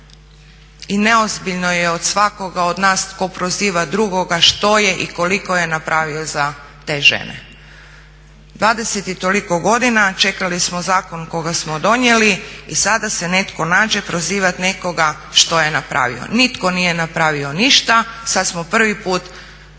I neozbiljno je od svakoga od nas tko proziva drugoga što je i koliko je napravio za te žene. 20 i toliko godina čekali smo zakon kojeg smo donijeli i sada se netko nađe prozivati nekoga što je napravio. Nitko nije napravio ništa, sad smo prvi put shvatili